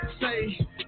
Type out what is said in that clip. Say